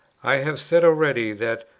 i have said already that,